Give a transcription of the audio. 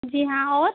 जी हाँ और